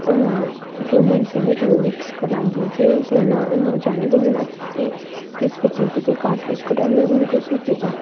few months होइन few विक्सको लागि चाहिँ त्यो न नचलाईकन राखेको थिएँ त्यस पछि त्यो कार्टरिजको डल्लै इन्कै सुकेछ